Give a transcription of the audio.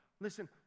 Listen